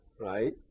right